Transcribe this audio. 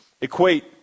equate